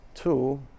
two